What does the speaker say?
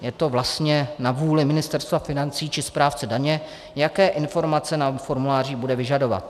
Je to vlastně na vůli Ministerstva financí či správce daně, jaké informace na formulářích bude vyžadovat.